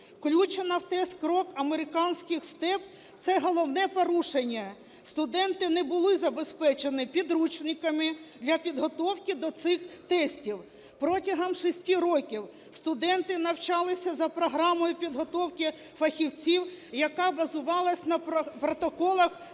Включено в тест "Крок" американський "Степ" - це головне порушення, студенти не були забезпечені підручниками для підготовки до цих тестів. Протягом 6 років студенти навчалися за програмою підготовки фахівців, яка базувалася на протоколах